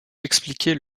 expliquer